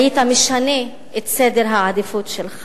היית משנה את סדר העדיפויות שלך.